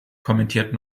kommentiert